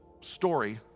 story